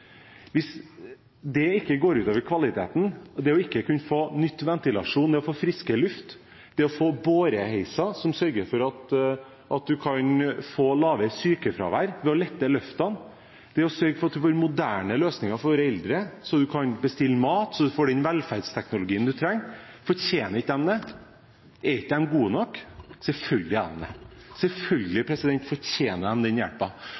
Går ikke det ut over kvaliteten – det å ikke kunne få ny ventilasjon og få friskere luft, det å ikke få båreheiser som sørger for lavere sykefravær ved å lette løftene, det å ikke sørge for moderne løsninger for eldre, så man kan bestille mat, så man får den velferdsteknologien man trenger? Fortjener de ikke det? Er de ikke gode nok? Selvfølgelig er de det. Selvfølgelig fortjener de den